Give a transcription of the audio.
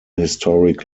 historic